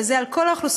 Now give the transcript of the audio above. וזה על כל האוכלוסייה,